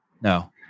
No